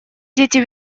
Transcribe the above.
дети